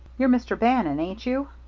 you're mr. bannon, ain't you?